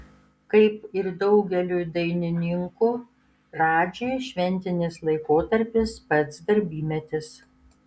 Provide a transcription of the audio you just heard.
kaip ir daugeliui dainininkų radžiui šventinis laikotarpis pats darbymetis